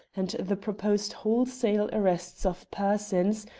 and the proposed wholesale arrests of persons,